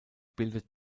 bildet